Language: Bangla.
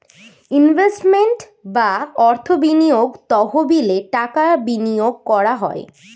ইনভেস্টমেন্ট বা অর্থ বিনিয়োগ তহবিলে টাকা বিনিয়োগ করা হয়